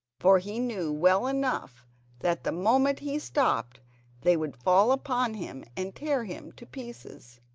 for he knew well enough that the moment he stopped they would fall upon him and tear him to pieces.